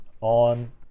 on